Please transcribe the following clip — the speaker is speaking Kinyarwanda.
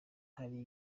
hari